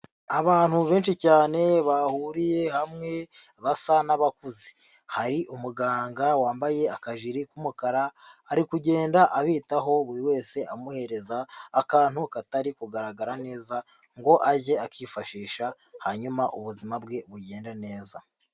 Abantu benshi cyane bahuriye hamwe basa n'abakuze, hari umuganga wambaye akajiri k'umukara ari kugenda abitaho buri wese amuhereza akantu katari kugaragara neza, ngo ajye akifashisha, hanyuma ubuzima bwe bugende neza.